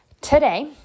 Today